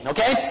Okay